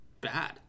bad